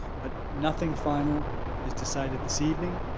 but nothing final is decided this evening.